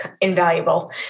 invaluable